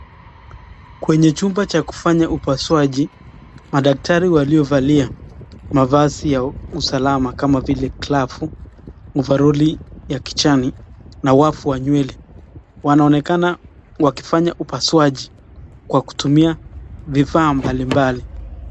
Kwenye chumba cha kufanyia upasuaji, madaktari waliovalia mavazi ya usalama kama vile glavu, ovaroli ya kijani na wafu wa nywele. Wanaonekana wakifanya upaswaji kwa kutumia vifaa mbali mbali.